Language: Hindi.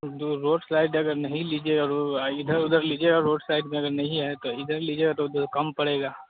जो रोड साइड अगर नहीं लीजिएगा वो इधर उधर लीजियेगा रोड साइड में अगर नहीं आए तो इधर लीजिएगा तो कम पड़ेगा